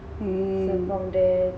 hmm